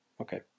okay